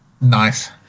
Nice